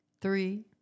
Three